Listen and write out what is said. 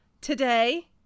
today